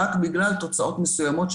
רק בגלל תוצאות מסוימות.